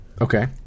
okay